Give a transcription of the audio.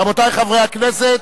רבותי חברי הכנסת,